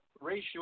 ratio